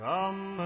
Come